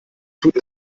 tut